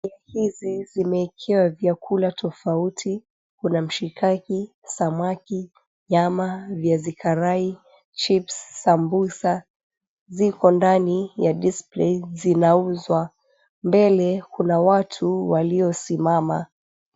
Eneo hizi zimeekewa vyakula tofauti, kuna mshikaki, samaki, nyama, viazi karai, chipsi, sambusa ziko ndani ya display zinauzwa. Mbele kuna watu waliosimama.